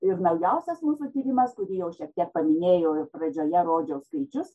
ir naujausias mūsų tyrimas kurį jau šiek tiek paminėjau pradžioje rodžiau skaičius